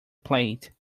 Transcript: plate